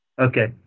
Okay